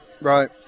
Right